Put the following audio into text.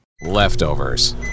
Leftovers